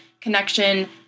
connection